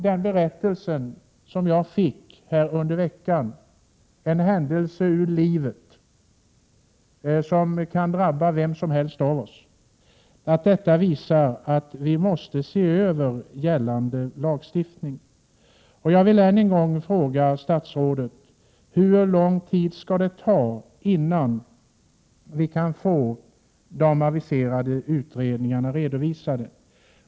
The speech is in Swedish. Den berättelse jag fick här under veckan — en händelse ur verkliga livet, som kan drabba vem som helst — visar att vi måste se över gällande lagstiftning. Jag vill än en gång fråga statsrådet hur lång tid det kommer att ta innan vi kan få de aviserade utredningarna redovisade.